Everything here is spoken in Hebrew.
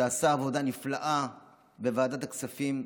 שעשה עבודה נפלאה בוועדת הכספים,